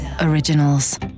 originals